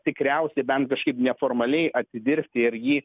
tikriausiai bent kažkaip neformaliai atidirbti ir jį